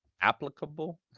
Applicable